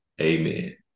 amen